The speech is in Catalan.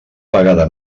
vegada